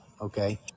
okay